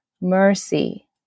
mercy